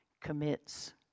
commits